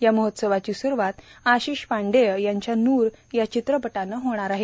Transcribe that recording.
या महोत्सवाची सुरूवात आशिष पांडेय यांच्या नूर या चित्रपटानं होणार आहे